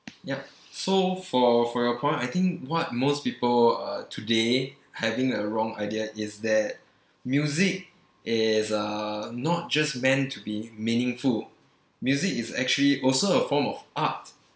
ya so for for your point I think what most people uh today having a wrong idea is that music is uh not just meant to be meaningful music is actually also a form of art